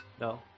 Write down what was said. No